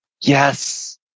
Yes